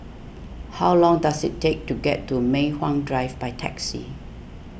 how long does it take to get to Mei Hwan Drive by taxi